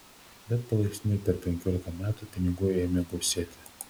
bet palaipsniui per penkiolika metų pinigų ėmė gausėti